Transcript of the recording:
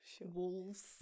wolves